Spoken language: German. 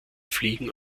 fliegen